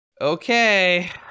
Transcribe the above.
Okay